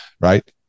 right